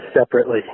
separately